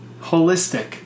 holistic